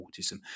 autism